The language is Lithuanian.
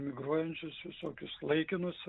migruojančius visokius laikinus